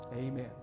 Amen